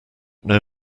know